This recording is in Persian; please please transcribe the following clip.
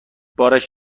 بارش